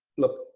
look,